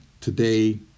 today